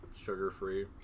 sugar-free